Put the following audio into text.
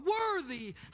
worthy